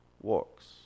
works